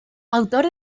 autor